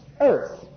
earth